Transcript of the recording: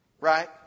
right